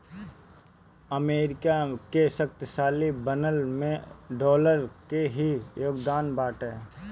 America के महाशक्ति बनला में डॉलर के ही योगदान बाटे